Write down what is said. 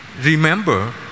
remember